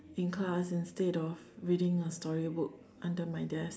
in class instead of reading a storybook under my desk